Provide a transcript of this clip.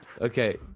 Okay